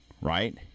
right